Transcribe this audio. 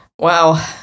Wow